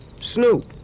Snoop